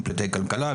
הם פליטי כלכלה.